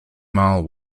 mile